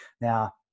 Now